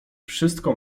wszystko